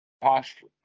posture